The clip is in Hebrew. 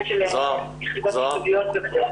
מענה 24/7.